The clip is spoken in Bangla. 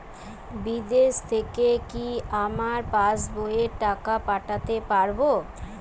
বিদেশ থেকে কি আমার পাশবইয়ে টাকা পাঠাতে পারবে?